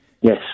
Yes